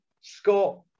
Scott